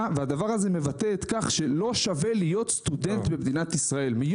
והדבר הזה מבטא כך שלא שווה להיות סטודנט במדינת ישראל.